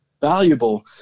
valuable